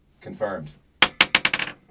Confirmed